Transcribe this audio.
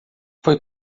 foi